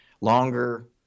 longer